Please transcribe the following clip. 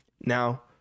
now